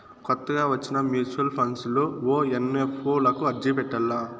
కొత్తగా వచ్చిన mutual funds లో ఓ ఎన్.ఎఫ్.ఓ లకు అర్జీ పెట్టల్ల